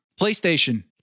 PlayStation